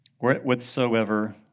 whatsoever